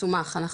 מסומך,